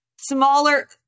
smaller